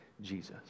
Jesus